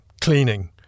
cleaning